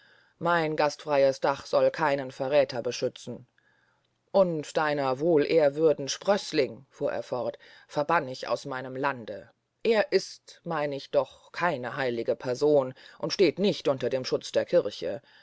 mein gastfreyes dach soll keinen verräther beschützen und deiner wohlehrwürden sprößling fuhr er fort verbann ich aus meinen landen er ist meyn ich doch keine heilige person und steht nicht unter dem schutz der kirche